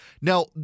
Now